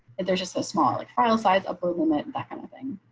if there's just a smaller like file size upper limit, that kind of thing.